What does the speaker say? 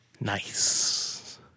Nice